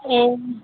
ए